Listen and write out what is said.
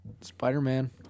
Spider-Man